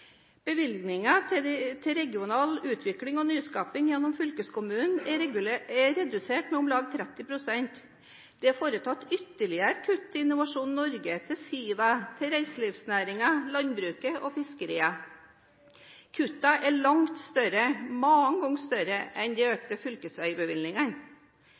til regional utvikling og nyskaping gjennom fylkeskommunen er redusert med om lag 30 pst. Det er foretatt ytterligere kutt i Innovasjon Norge, til SIVA, til reiselivsnæringen, landbruket og fiskeriet. Kuttene er langt større – mange ganger større – enn de